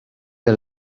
del